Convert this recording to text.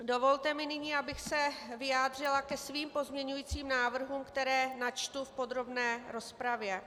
Dovolte mi nyní, abych se vyjádřila ke svým pozměňovacím návrhům, které načtu v podrobné rozpravě.